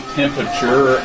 temperature